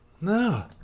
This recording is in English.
No